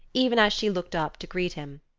even as she looked up to greet him.